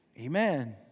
Amen